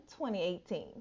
2018